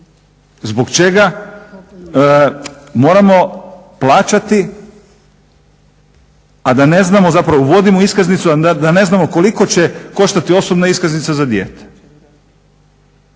zapravo, uvodimo iskaznicu a da ne znamo koliko će koštati osobna iskaznica za dijete.